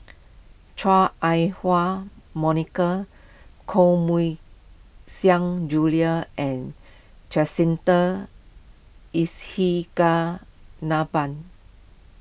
Chua Ah Hua Monica Koh Mui Xiang Julie and Jacintha